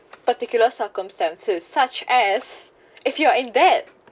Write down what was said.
particular circumstances such as if you are in that